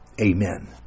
Amen